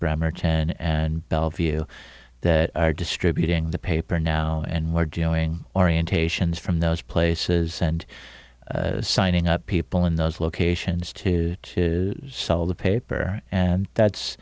bremerton and bellevue that are distributing the paper now and we're doing orientations from those places and signing up people in those locations to sell the paper and that's